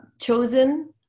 chosen